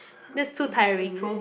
that's too tiring